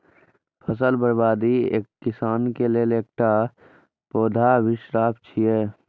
फसल बर्बादी किसानक लेल एकटा पैघ अभिशाप होइ छै